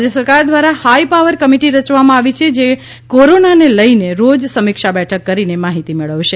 રાજ્ય સરકાર દ્વારા હાઇ પાવર કમિટી રયવામાં આવી છે જે કોરોનાને લઇને રોજ સમિક્ષા બેઠક કરીને માહિતી મેળવશે